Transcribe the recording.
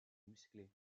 musclées